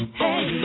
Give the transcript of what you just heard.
hey